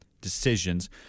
decisions